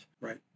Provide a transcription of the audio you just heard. Right